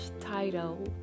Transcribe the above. title